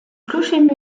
clocher